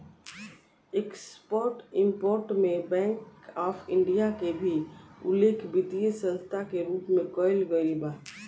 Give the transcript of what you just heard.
export import में bank of India के भी उल्लेख वित्तीय संस्था के रूप में कईल गईल बा